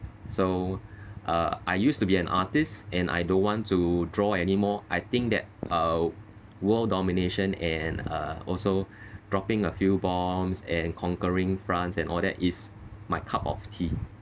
so uh I used to be an artist and I don't want to draw anymore I think that uh world domination and uh also dropping a few bombs and conquering france and all that is my cup of tea